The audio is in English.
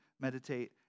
meditate